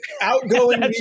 outgoing